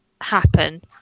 happen